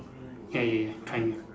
ya ya ya triangle